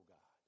God